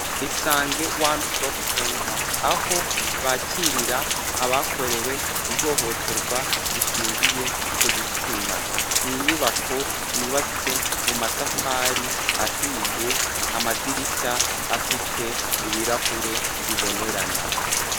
Isange one stop center aho bakirira abakorewe ihohoterwa rishingiye ku gitsina. Ni inyubako yubatse mu matafari ahiye, amadirishya afite ibirahure bibonerana.